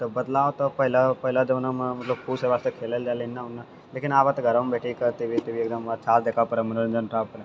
तऽ बदलाव तऽ पहिले पहिले जमानामे मतलब उ सभ वास्ते खेलै लए जाइ रहै नी एन्ने ओन्ने लेकिन आब तऽ घरेमे बैठिके टी वी टी वी एकदम अच्छासँ देखै पड़ै मनोरञ्जन